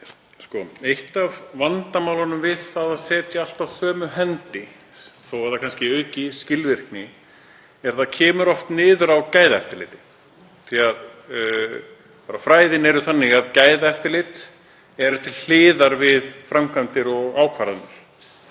Eitt af vandamálunum við að setja allt á sömu hendi, þó að það auki kannski skilvirkni, er að það kemur oft niður á gæðaeftirliti því að fræðin eru þannig að gæðaeftirlit er til hliðar við framkvæmdir og ákvarðanir.